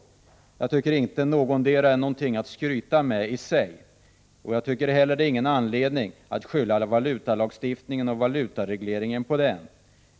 Jag tycker inte att vare sig det ena eller det andra är något att skryta med. Jag tycker inte heller att det finns någon anledning att beskylla valutalagstiftningen och valutaregleringen för detta.